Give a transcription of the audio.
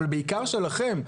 אבל בעיקר שלכם,